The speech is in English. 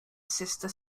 sister